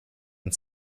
and